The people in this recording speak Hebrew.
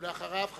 ולאחריו,